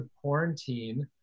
quarantine